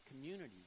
community